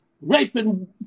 raping